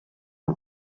una